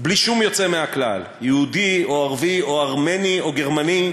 בלי שום יוצא מן הכלל: יהודי או ערבי או ארמני או גרמני,